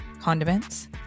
condiments